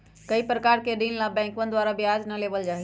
कई प्रकार के ऋण ला बैंकवन द्वारा ब्याज ना लेबल जाहई